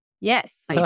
Yes